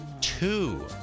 Two